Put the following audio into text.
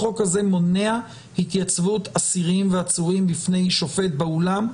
החוק הזה מונע התייצבות אסירים ועצורים בפני שופט באולם,